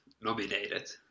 nominated